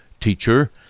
teacher